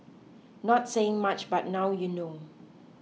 not saying much but now you know